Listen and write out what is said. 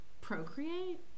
procreate